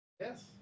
Yes